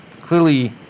clearly